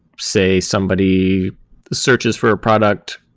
say, somebody searches for a product.